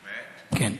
באמת?